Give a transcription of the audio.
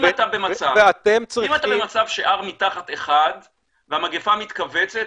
אם אתה במצב ש-R מתחת 1 והמגפה מתכווצת,